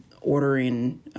ordering